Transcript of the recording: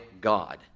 God